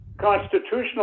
constitutional